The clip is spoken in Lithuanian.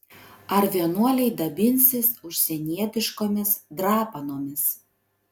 ar vienuoliai dabinsis užsienietiškomis drapanomis